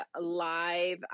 live